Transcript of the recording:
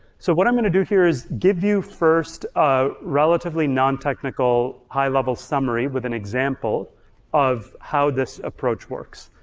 so what i'm gonna do here is give you first a relatively non-technical high level summary with an example of how this approach works,